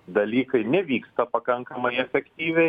dalykai nevyksta pakankamai efektyviai